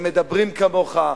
הם מדברים כמוך,